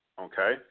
Okay